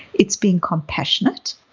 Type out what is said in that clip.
it's being compassionate,